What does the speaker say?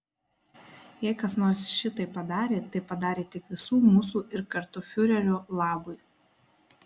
jei kas nors šitai padarė tai padarė tik visų mūsų ir kartu fiurerio labui